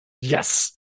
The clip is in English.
Yes